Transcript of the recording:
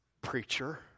Preacher